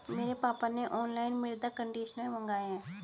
मेरे पापा ने ऑनलाइन मृदा कंडीशनर मंगाए हैं